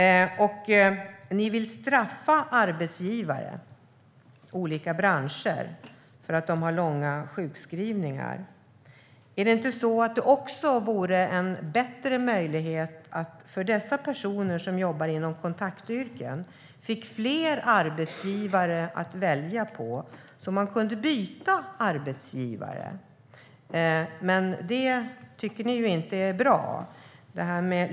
Ni vill straffa arbetsgivare i olika branscher för att de har långa sjukskrivningar. Men är det inte så att det vore bättre för personer som jobbar inom kontaktyrken om de fick fler arbetsgivare att välja på, så att de kunde byta arbetsgivare? Nej, det tycker ni inte är bra.